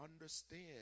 understand